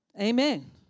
Amen